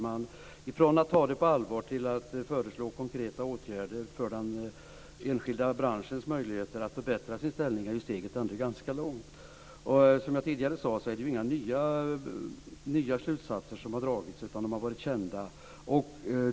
Men från att ta något på allvar till att föreslå konkreta åtgärder för den enskilda branschens möjligheter att förbättra sin ställning är ju steget ändå ganska långt. Som jag tidigare sade har ju inga nya slutsatser dragits, utan de har varit kända.